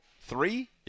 three